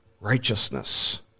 righteousness